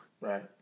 Right